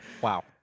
Wow